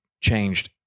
changed